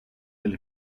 del